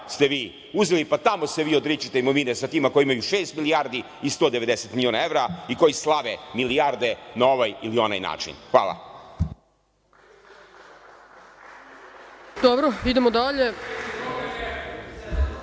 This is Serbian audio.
ste vi uzeli, pa tamo se vi odričite imovine sa tima koji imaju šest milijardi i 190 miliona evra, i koji slave milijarde na ovaj ili onaj način. Hvala. **Ana